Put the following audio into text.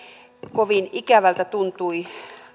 kovin ikävältä tuntui